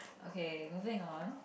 okay moving on